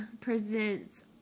presents